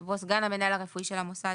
או סגן המנהל הרפואי של המוסד'.